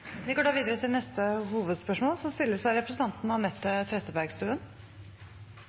Vi går videre til neste hovedspørsmål. Svært mange virksomheter blør nå som følge av